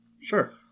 Sure